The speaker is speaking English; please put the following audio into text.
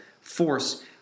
force